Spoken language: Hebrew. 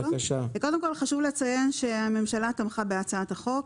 קודם כול, חשוב לציין שהממשלה תמכה בהצעה החוק,